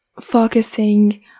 focusing